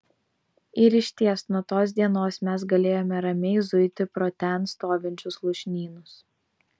ir išties nuo tos dienos mes galėjome ramiai zuiti pro ten stovinčius lūšnynus